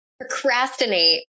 procrastinate